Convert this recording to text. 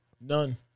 None